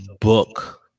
book